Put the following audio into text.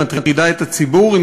היא מטרידה את הציבור,